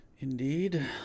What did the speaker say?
indeed